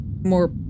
more